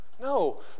No